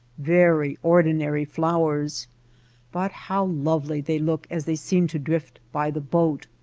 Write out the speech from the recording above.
very ordinary flowers but how lovely they look as they seem to drift by the boat!